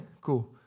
cool